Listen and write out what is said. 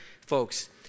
folks